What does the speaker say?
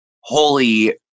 holy